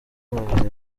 babiri